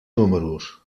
números